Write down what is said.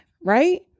right